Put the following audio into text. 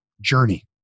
journey